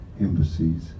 embassies